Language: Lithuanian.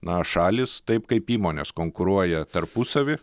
na šalys taip kaip įmonės konkuruoja tarpusavy